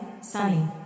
sunny